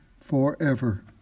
forever